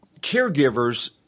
caregivers